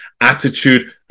attitude